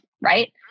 right